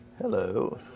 Hello